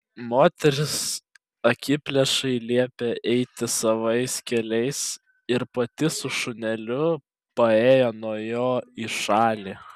moteris akiplėšai liepė eiti savais keliais ir pati su šuneliu paėjo nuo jo į šalį